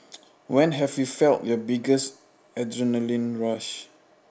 when have you felt your biggest adrenaline rush